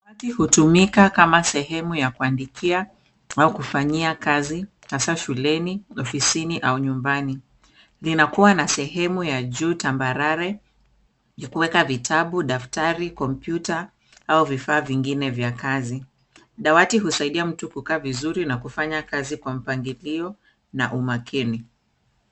Dawati hutumika kama sehemu ya kuandikia au kufanyia kazi hasa shuleni, ofisini au nyumbani. Linakuwa na sehemu ya juu tambarare ya kuweka vitabu, daftari, kompyuta au vifaa vingine vya kazi. Dawati husaidia mtu kukaa vizuri na kufanya kazi kwa mpangilio na umakini.